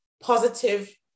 positive